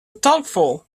thoughtful